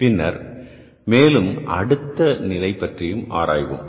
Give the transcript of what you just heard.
பின்னர் மேலும் அடுத்த நிலை பற்றியும் ஆராய்வோம்